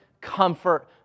comfort